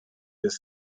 des